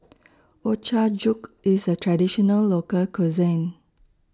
Ochazuke IS A Traditional Local Cuisine